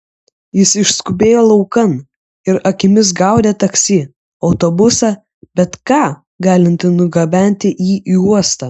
jis išskubėjo laukan ir akimis gaudė taksi autobusą bet ką galintį nugabenti jį į uostą